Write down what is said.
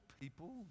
people